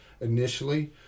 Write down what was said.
initially